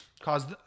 caused